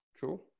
Cool